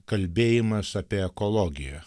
kalbėjimas apie ekologiją